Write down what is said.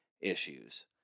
issues